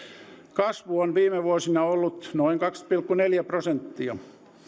kasvu on viime vuosina ollut noin kaksi pilkku neljä prosenttia